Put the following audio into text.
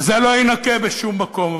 וזה לא יינקה בשום מקום.